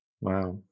wow